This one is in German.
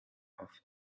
auf